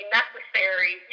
necessary